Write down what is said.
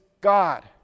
God